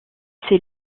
ces